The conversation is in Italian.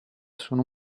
sono